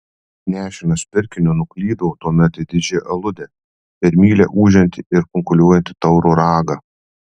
nešinas pirkiniu nuklydau tuomet į didžiąją aludę per mylią ūžiantį ir kunkuliuojantį tauro ragą